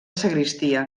sagristia